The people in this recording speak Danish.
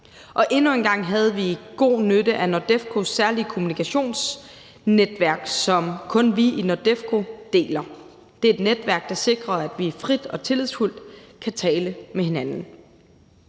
Og endnu en gang havde vi god nytte af NORDEFCOs særlige kommunikationsnetværk, som kun vi i NORDEFCO deler. Det er et netværk, der sikrer, at vi frit og tillidsfuldt kan tale med hinanden.